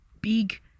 big